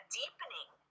deepening